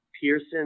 Pearson